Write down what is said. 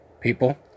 people